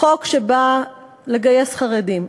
חוק שבא לגייס חרדים,